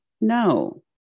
No